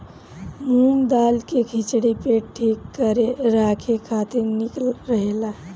मूंग दाली के खिचड़ी पेट ठीक राखे खातिर निक रहेला